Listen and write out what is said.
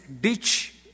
ditch